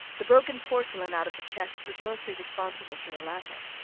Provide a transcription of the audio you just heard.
the broken porcelain out of the chests was mostly responsible for the latter.